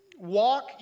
walk